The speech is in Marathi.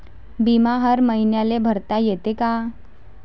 बिमा हर मईन्याले भरता येते का?